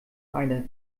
eine